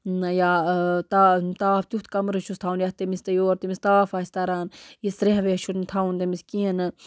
یا تا تاپھ تِیُتھ کَمرٕ چھُس تھاوُن یَتھ تٔمِس تہِ یور تاپھ آسہِ تَران یہِ سریہہ ویہہ چھُنہٕ تٔمِس تھاوُن کہیٖنۍ نہٕ